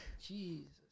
Jesus